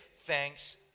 thanks